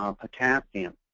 um potassium,